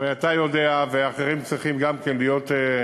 הרי אתה יודע ואחרים צריכים גם כן להיות מסוגלים,